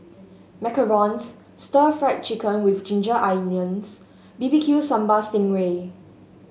macarons Stir Fried Chicken with Ginger Onions B B Q Sambal Sting Ray